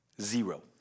zero